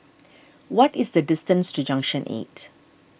what is the distance to Junction eight